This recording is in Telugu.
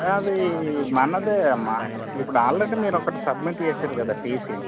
అది మనదే అమ్మ ఇప్పుడు ఆల్రెడీ మీరు ఒకటి సబ్మిట్ చేసిర్రు కదా టీసీ